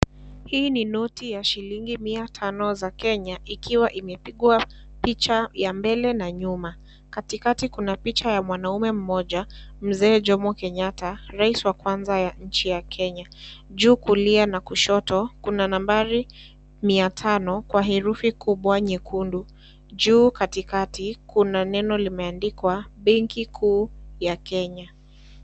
Hii ni noti ya shilingi mia tano za Kenya ikiwa imepigwa picha ya mbele na nyuma katikati kuna picha ya mwanaume moja mzee Jomo Kenyatta rais wa kwanza wa nchi ya Kenya. Juu kulia na kushoto kuna nambari mia tano kwa herufi kubwa nyekundu. Juu katikati kuna neno limeandikwa benki kuu ya Kenya.